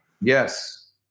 Yes